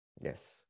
Yes